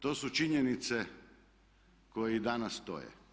To su činjenice koje i danas stoje.